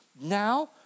now